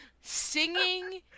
singing